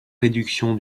réduction